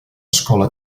escola